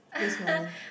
waste money